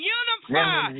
unify